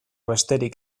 besterik